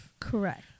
Correct